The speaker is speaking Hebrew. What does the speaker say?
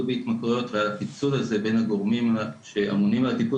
בהתמכרויות ועל הפיצול בין הגורמים שאמונים על הטיפול